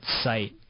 site